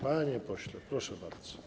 Panie pośle, proszę bardzo.